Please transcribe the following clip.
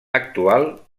actual